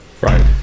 Right